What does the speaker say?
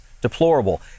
deplorable